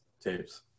tapes